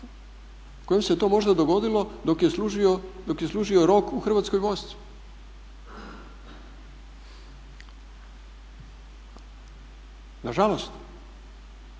kojem se je to možda dogodilo dok je služio rok u Hrvatskoj vojsci. Nažalost